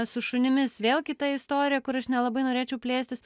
su šunimis vėl kita istorija kur aš nelabai norėčiau plėstis